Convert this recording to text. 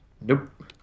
Nope